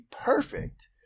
perfect